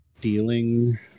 Dealing